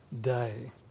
day